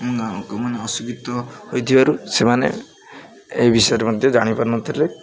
ଗାଁ ଲୋକମାନେ ଅଶିକ୍ଷିତ ହୋଇଥିବାରୁ ସେମାନେ ଏ ବିଷୟରେ ମଧ୍ୟ ଜାଣିପାରୁନଥିଲେ